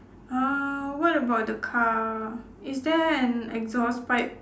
err what about the car is there an exhaust pipe